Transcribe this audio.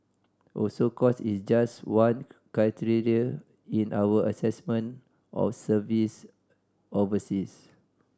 also cost is just one criteria in our assessment of service overseas